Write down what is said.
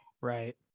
Right